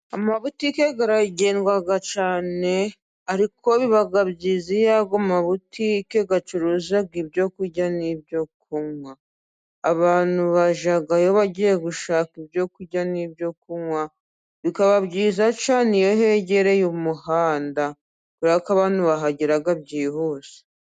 Amabutike aragendwa cyane, ariko biba byiza iyo aya mabutike acuruza ibyo kurya n'ibyo kunywa. Abantu bajyayo bagiye gushaka ibyo kurya n'ibyo kunywa, bikaba byiza cyane iyo hegereye umuhanda. Kubera ko abantu bahagera byihuse.